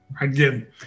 again